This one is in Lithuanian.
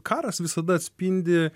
karas visada atspindi